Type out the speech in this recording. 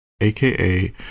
aka